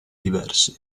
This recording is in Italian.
diversi